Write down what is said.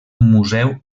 museu